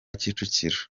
kicukiro